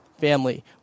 family